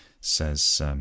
says